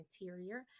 Interior